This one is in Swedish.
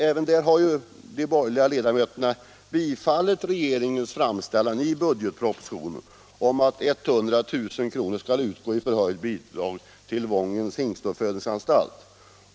Även där har utskottets borgerliga ledamöter tillstyrkt regeringens framställning i budgetpropositionen om att 100 000 kr. skall utgå i förhöjt bidrag till Wångens hingstuppfödningsanstalt.